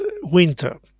winter